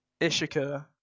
Ishika